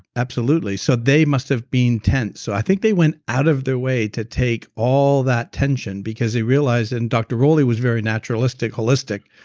absolutely. so they must have been tense, so i think they went out of their way to take all of that tension because they realized, and dr. rollie was very naturalistic, holistic.